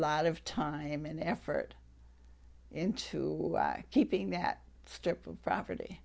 lot of time and effort into keeping that step of property